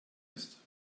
ist